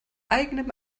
eigenem